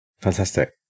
Fantastic